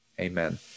Amen